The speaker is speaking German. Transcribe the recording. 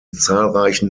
zahlreichen